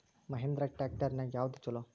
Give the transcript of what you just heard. Mahindra tractor ನ್ಯಾಗ ಯಾವ್ದ ಛಲೋ?